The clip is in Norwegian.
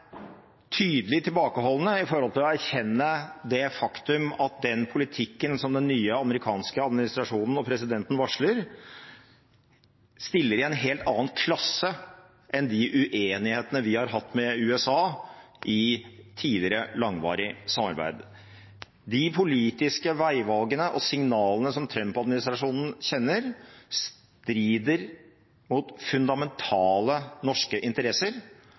tydelig tilbakeholdende når det gjelder å erkjenne det faktum at den politikken som den nye amerikanske administrasjonen og presidenten varsler, stiller i en helt annen klasse enn de uenighetene vi har hatt med USA i tidligere langvarig samarbeid. De politiske veivalgene og signalene som Trump-administrasjonen sender, strider mot fundamentale norske interesser,